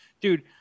Dude